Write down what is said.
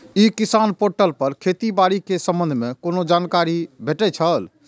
ई किसान पोर्टल पर खेती बाड़ी के संबंध में कोना जानकारी भेटय छल?